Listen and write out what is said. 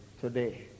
today